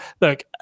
look